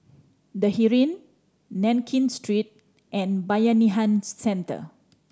The Heeren Nankin Street and Bayanihan Centre